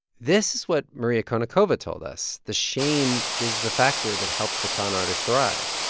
this is what maria konnikova told us. the shame is the factor that helps the con artists thrive.